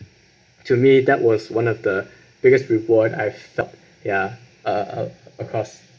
to me that was one of the biggest reward I felt ya uh across